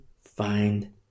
find